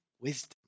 wisdom